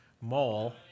mole